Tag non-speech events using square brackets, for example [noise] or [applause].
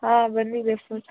ಹಾಂ ಬನ್ನಿ [unintelligible]